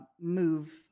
move